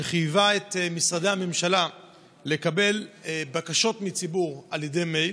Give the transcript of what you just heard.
שחייבה את משרדי הממשלה לקבל בקשות מהציבור על ידי מייל,